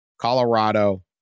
Colorado